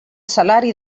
salari